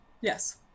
Yes